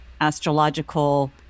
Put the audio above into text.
astrological